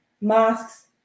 mosques